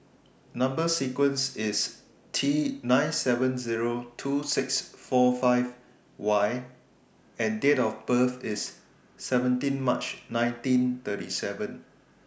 Number sequence IS T nine seven Zero two six four five Y and Date of birth IS seventeen March nineteen thirty seven